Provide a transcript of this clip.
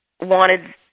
wanted